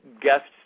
guests